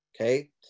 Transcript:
okay